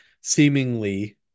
seemingly